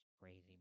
Crazy